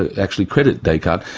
actually credit descartes.